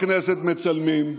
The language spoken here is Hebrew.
בכנסת מצלמים,